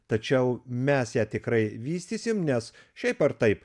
tačiau mes ją tikrai vystysim nes šiaip ar taip